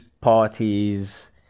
parties